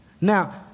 Now